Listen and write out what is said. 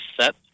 set